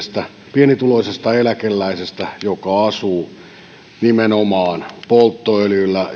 pienituloisesta eläkeläisestä joka asuu nimenomaan polttoöljyllä